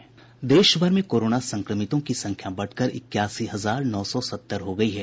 देश भर में कोरोना संक्रमितों की संख्या बढकर इक्यासी हजार नौ सौ सत्तर हो गयी है